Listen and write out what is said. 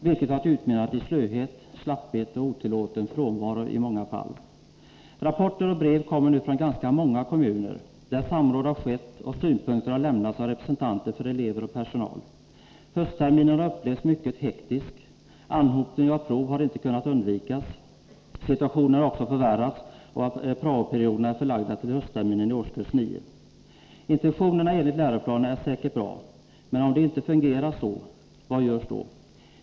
Detta har utmynnat i slöhet, slapphet och i många fall otillåten frånvaro. Rapporter och brev kommer nu från ganska många kommuner där samråd har skett och synpunkter har lämnats av representanter för elever och personal. Höstterminen har upplevts som mycket hektisk. Anhopningen av prov har inte kunnat undvikas. Situationen har också förvärrats av att prao-perioderna är förlagda till höstterminen i årskurs 9. Intentionerna i läroplanen är säkert bra, men om det inte fungerar som man tänkt, vad gör man då?